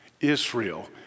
Israel